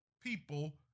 People